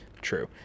True